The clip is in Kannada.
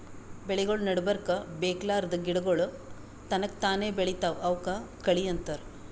ಬೆಳಿಗೊಳ್ ನಡಬರ್ಕ್ ಬೇಕಾಗಲಾರ್ದ್ ಗಿಡಗೋಳ್ ತನಕ್ತಾನೇ ಬೆಳಿತಾವ್ ಅವಕ್ಕ ಕಳಿ ಅಂತಾರ